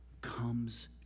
comes